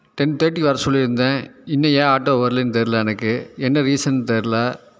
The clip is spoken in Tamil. டென் தேர்ட்டிக்கு வர சொல்லி இருந்தேன் இன்னும் ஏன் ஆட்டோ வரலைன்னு தெரில எனக்கு என்ன ரீசன்னு தெரில